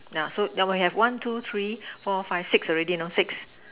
now show double hand one two three four five six already now six